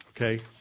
Okay